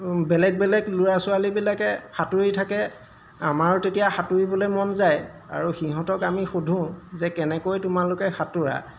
বেলেগ বেলেগ ল'ৰা ছোৱালীবিলাকে সাঁতুৰি থাকে আমাৰো তেতিয়া সাঁতুৰিবলৈ মন যায় আৰু সিহঁতক আমি সুধো যে কেনেকৈ তোমালোকে সাঁতোৰা